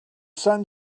sun